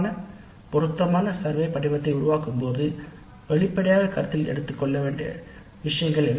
ஓருவர் சூழ்நிலைக்கேற்றவாறு இவ்வகை கணக்கெடுப்பை நிர்ணயிக்க வேண்டும்